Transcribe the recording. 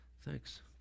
thanks